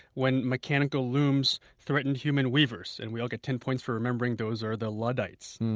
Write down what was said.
when mechanical looms threatened human weavers, and we all get ten points for remembering those are the luddites.